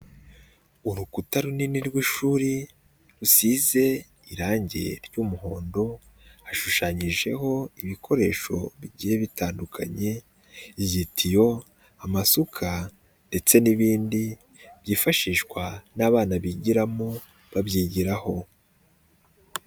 Urukuta runini rw'ishuri rusize irangi ry'umuhondo, hashushanyijeho ibikoresho bigiye bitandukanye, ibitiyo, amasuka ndetse n'ibindi, byifashishwa n'abana bigiramo babyigiraho.